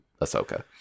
Ahsoka